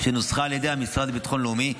שנוסחה על ידי המשרד לביטחון לאומי,